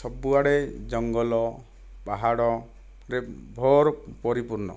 ସବୁ ଆଡ଼େ ଜଙ୍ଗଲ ପାହାଡ଼ରେ ଭର ପରିପୂର୍ଣ୍ଣ